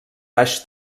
baix